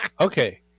Okay